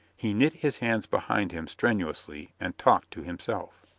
he knit his hands behind him strenuously and talked to himself.